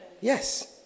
Yes